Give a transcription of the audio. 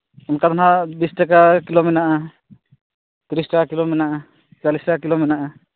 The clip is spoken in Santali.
ᱚᱱᱠᱟ ᱫᱚ ᱱᱟᱜ ᱵᱤᱥ ᱴᱟᱠᱟ ᱠᱤᱞᱳ ᱢᱮᱱᱟᱜᱼᱟ ᱛᱤᱨᱤᱥ ᱴᱟᱠᱟ ᱠᱤᱞᱳ ᱢᱮᱱᱟᱜᱼᱟ ᱪᱟᱞᱞᱤᱥ ᱴᱟᱠᱟ ᱠᱤᱞᱳ ᱢᱮᱱᱟᱜᱼᱟ